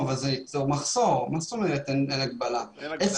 לא יתכן שמוציאים תקנות ללא הסדרה ותיאום עם